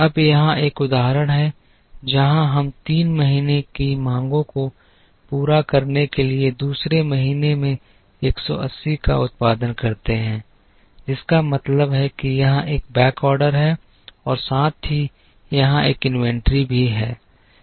अब यहां एक उदाहरण है जहां हम तीन महीने की मांगों को पूरा करने के लिए दूसरे महीने में 180 का उत्पादन करते हैं जिसका मतलब है कि यहां एक बैकऑर्डर है और साथ ही यहां एक इन्वेंट्री भी है